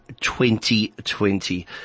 2020